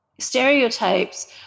stereotypes